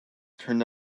turned